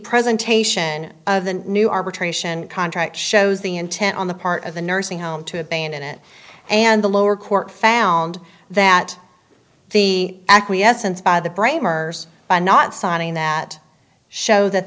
presentation of the new arbitration contract shows the intent on the part of the nursing home to abandon it and the lower court found that the acquiescence by the brain tumors by not signing that show that